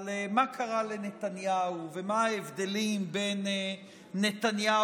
על מה קרה לנתניהו ומה ההבדלים בין נתניהו